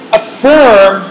affirm